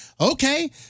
okay